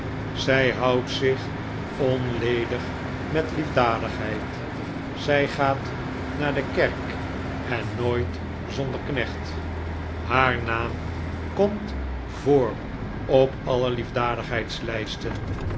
zij houdt zich onledig met liefdadigheid zij gaat naar de kerk en nooit zonder knecht haar naam komt voor op alle liefdadigheidslijsten